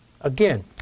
Again